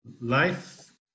Life